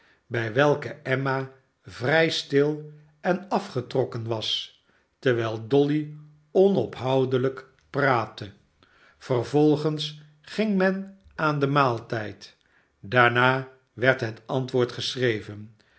bij welke emma vrij stil en afgetrokken was terwijl dolly onophoudelijk praatte vervolgens ging men aan den maaltijd daarna werd het antwoord geschreven